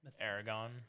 Aragon